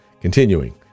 Continuing